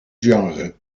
genre